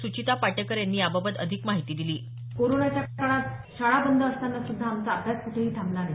सुचिता पाटेकर यांनी याबाबत अधिक माहिती दिली कोरोनाच्या काळात शाळा बंद असताना सुध्दा आमचा अभ्यास कूठेही थांबला नाही